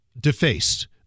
defaced